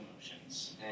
emotions